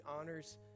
honors